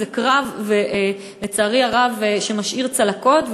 זה קרב שלצערי הרב משאיר צלקות,